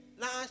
last